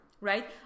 right